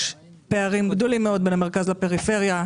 יש פערים גדולים מאוד בין המרכז לפריפריה.